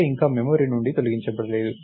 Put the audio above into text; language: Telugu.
A ఇంకా మెమరీ నుండి తొలగించబడలేదు